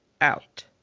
out